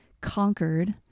conquered